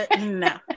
No